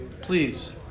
please